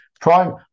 prime